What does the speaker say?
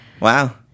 Wow